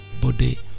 body